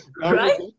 Right